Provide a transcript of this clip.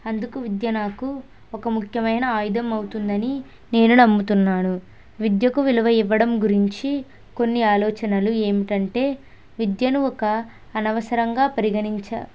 అందుకు విద్య నాకు ఒక ముఖ్యమైన ఆయుధం అవుతుందని నేను నమ్ముతున్నాను విద్యకు విలువ ఇవ్వడం గురించి కొన్ని ఆలోచనలు ఏమిటంటే విద్యను ఒక అనవసరంగా పరిగణించ